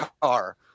car